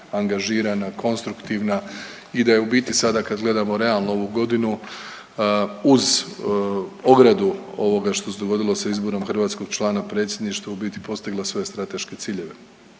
angažirana, konstruktivna i da je u biti sada kad gledamo realno ovu godinu uz ogradu ovoga što se dogodilo sa izborom hrvatskog člana Predsjedništva u biti postigla svoje strateške ciljeve,